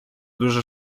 дуже